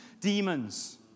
demons